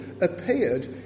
appeared